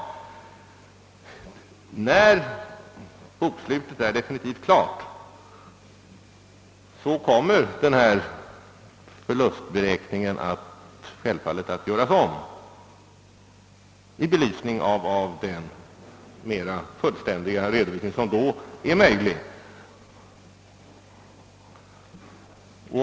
När bokslutet är definitivt klart kommer förlustberäkningen självklart att göras om med hänsyn till den mera fullständiga redovisning som då är möjlig.